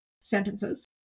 sentences